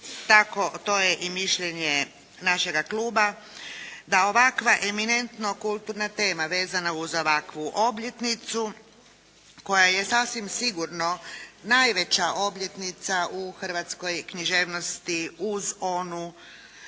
tako to je i mišljenje našega kluba da ovakva eminentno kulturna tema vezana uz ovakvu obljetnicu koja je sasvim sigurno najveća obljetnica u hrvatskoj književnosti uz onu